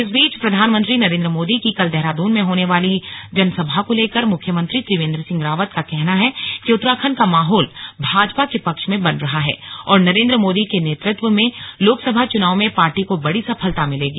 इस बीच प्रधानमंत्री नरेंद्र मोदी की कल देहरादून में होने वाली जनसभा को लेकर मुख्यमंत्री त्रिवेंद्र सिंह रावत का कहना है कि उत्तराखंड का माहौल भाजपा के पक्ष में बन रहा है और नरेंद्र मोदी के नेतृत्व में लोकसभा चुनाव में पार्टी को बड़ी सफलता मिलेगी